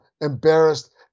embarrassed